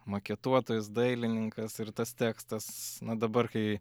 maketuotojas dailininkas ir tas tekstas na dabar kai